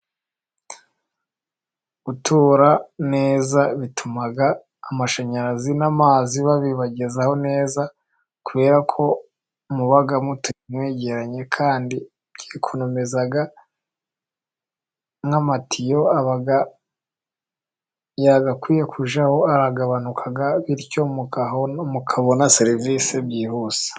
Guturara neza bituma amashanyarazi n'amazi babibagezaho neza, kubera kubera ko muba mutuye mwegeranye kandi birekonomiza, nk'amatiyo yagakwiye kujyaho aragabanuka bityo mukabona serivisi byihuse.